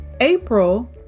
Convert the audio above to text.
April